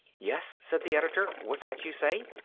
yes? said the editor. what's that you say?